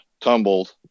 tumbled